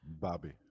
Bobby